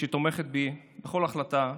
שתומכת בי בכל החלטה.